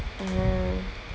uh